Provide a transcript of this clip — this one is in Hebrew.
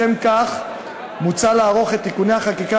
לשם כך מוצע לערוך את תיקוני החקיקה